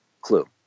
clue